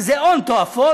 שזה הון תועפות,